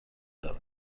دارم